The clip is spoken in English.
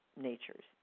natures